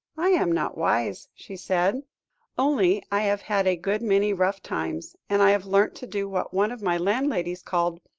i am not wise, she said only i have had a good many rough times, and i have learnt to do what one of my landladies called,